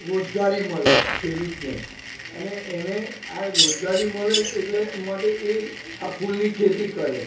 રોજગારી મળે ખેડૂતને અને એને આ રોજગારી મળે એટલે માટે એ આ ફૂલની ખેતી કરે